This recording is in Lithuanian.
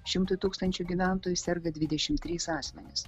šimtui tūkstančių gyventojų serga dvidešimt trys asmenys